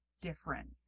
different